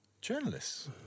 journalists